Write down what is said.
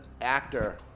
actor